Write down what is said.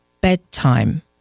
Bedtime